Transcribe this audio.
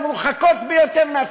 המרוחקות ביותר מהציבור.